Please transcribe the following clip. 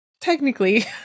technically